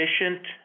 efficient